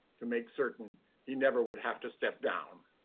to make certain he never would have to step down.